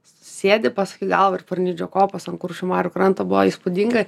sėdi paskui gal ir parnidžio kopos ant kuršių marių kranto buvo įspūdinga